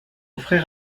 frère